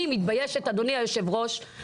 אני מתביישת אדוני יושב הראש.